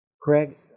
Craig